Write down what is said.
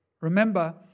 Remember